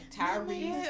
Tyrese